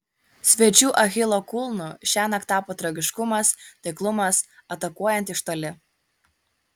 svečių achilo kulnu šiąnakt tapo tragiškumas taiklumas atakuojant iš toli